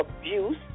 abuse